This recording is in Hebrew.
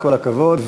כל הכבוד.